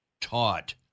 Taught